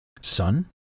Son